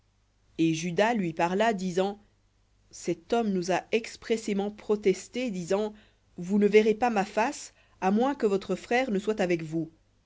et juda lui parla disant cet homme nous a expressément protesté disant vous ne verrez pas ma face à moins que votre frère ne soit avec vous